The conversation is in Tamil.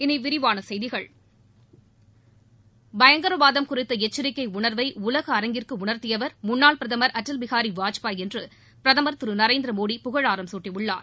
இனி விரிவான செய்திகள் பயங்கரவாதம் குறித்த எச்சரிக்கை உணர்வை உலக அரங்கிற்கு உணர்த்தியவர் முன்னாள் பிரதமர் அடல் பிஹாரி வாஜ்பாய் என்று பிரதமர் திரு நரேந்திரமோடி புகழாரம் சூட்டியுள்ளார்